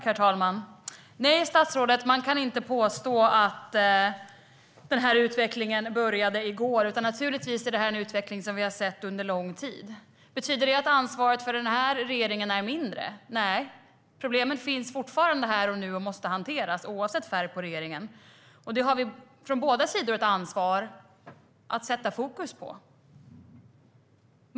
Herr talman! Nej, statsrådet, man kan inte påstå att den här utvecklingen började i går. Det är naturligtvis en utveckling som vi har sett under lång tid. Betyder det att ansvaret för den här regeringen är mindre? Nej, problemet finns fortfarande här och nu och måste hanteras, oavsett färg på regeringen. Båda sidor har ett ansvar för att sätta fokus på det.